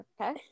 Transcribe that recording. okay